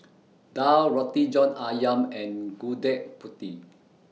Daal Roti John Ayam and Gudeg Putih